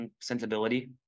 sensibility